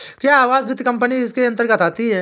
क्या आवास वित्त कंपनी इसके अन्तर्गत आती है?